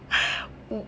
oo